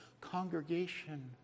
Congregation